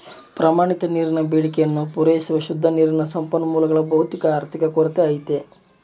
ಪ್ರಮಾಣಿತ ನೀರಿನ ಬೇಡಿಕೆಯನ್ನು ಪೂರೈಸುವ ಶುದ್ಧ ನೀರಿನ ಸಂಪನ್ಮೂಲಗಳ ಭೌತಿಕ ಆರ್ಥಿಕ ಕೊರತೆ ಐತೆ